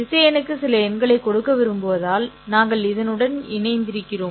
திசையனுக்கு சில எண்களை கொடுக்க விரும்புவதால் நாங்கள் இதனுடன் இணைந்திருக்கிறோம்